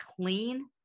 clean